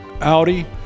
Audi